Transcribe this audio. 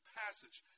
passage